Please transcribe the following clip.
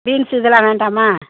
beans இதெல்லாம் வேண்டாமா